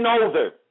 older